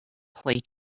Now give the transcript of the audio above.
play